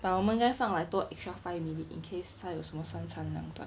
but 我们该放来多 extra five minute in case 他有什么三长两短